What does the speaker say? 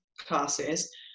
classes